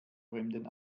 fremden